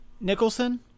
Nicholson